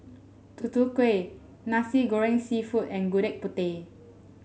Tutu Kueh Nasi Goreng seafood and Gudeg Putih